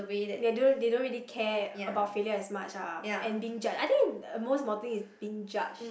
they don't they don't really care about failure as much ah and being judged I think most important thing is being judged